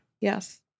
Yes